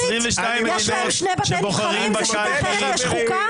יש להם שני בתי נבחרים, זו שיטה אחרת, יש חוקה.